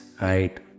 right